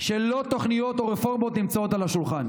שלא תוכניות או רפורמות נמצאות על השולחן,